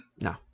No